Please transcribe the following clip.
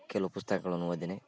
ಕೆಲವು ಪುಸ್ತಕಗಳನು ಓದಿನಿ